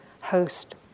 host